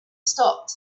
stopped